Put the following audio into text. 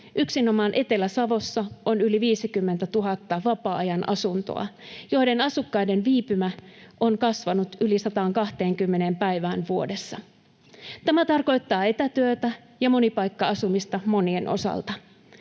Yksinomaan Etelä-Savossa on yli 50 000 vapaa-ajan asuntoa, joiden asukkaiden viipymä on kasvanut yli 120 päivään vuodessa. Tämä tarkoittaa etätyötä ja monipaikka-asumista monien osalta.